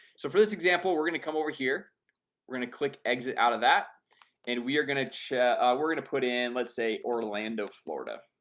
so for this example, we're gonna come over here we're gonna click exit out of that and we are gonna we're gonna put in let's say, orlando, florida